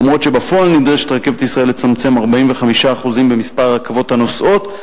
אף-על-פי שבפועל נדרשת "רכבת ישראל" לצמצם 45% במספר הרכבות הנוסעות,